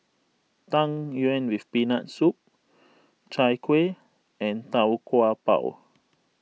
Tang Yuen with Peanut Soup Chai Kueh and Tau Kwa Pau